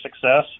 success